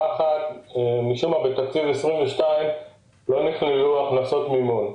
משום מה בתקציב 2022 לא נכללו הכנסות מימון.